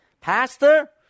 Pastor